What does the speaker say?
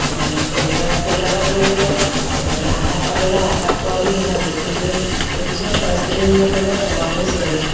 তেনেকৈ সেইবিলাকত আমি মানে আঘাত পালেও বা আঘাত পোৱা বুলি নাভাবোঁ কিন্তু কিছুমান সাংস্কৃতিক হেৰিয়ত মানে সোমাব বিচাৰিলে